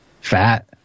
fat